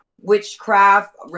witchcraft